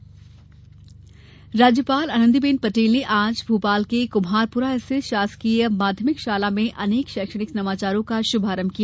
राज्यपाल स्कूल राज्यपाल आनंदीबेन पटेल ने आज भोपाल के कुम्हारपुरा स्थित शासकीय माध्यमिक शाला में अनेक शैक्षणिक नवाचारों का शुभारंभ किया